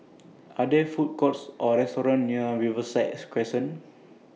Are There Food Courts Or restaurants near Riverside as Crescent